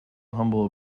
humble